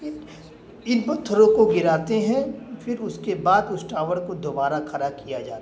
ان پتھروں کو گراتے ہیں پھر اس کے بعد اس ٹاور کو دوبارہ کھڑا کیا جاتا ہے